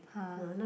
[huh]